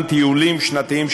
וכמובן טיולים שנתיים,